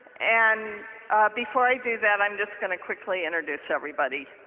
and before i do that, i'm just going to quickly introduce everybody.